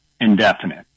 indefinite